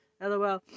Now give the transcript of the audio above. LOL